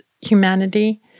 humanity